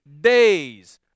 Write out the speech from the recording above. days